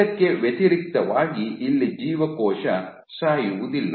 ಇದಕ್ಕೆ ವ್ಯತಿರಿಕ್ತವಾಗಿ ಇಲ್ಲಿ ಜೀವಕೋಶ ಸಾಯುವುದಿಲ್ಲ